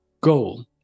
goal